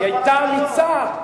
הגברת לבני היתה אמיצה,